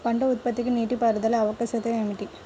పంట ఉత్పత్తికి నీటిపారుదల ఆవశ్యకత ఏమి?